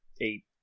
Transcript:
eight